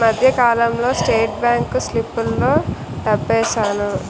ఈ మధ్యకాలంలో state bank సిప్పుల్లో డబ్బేశాను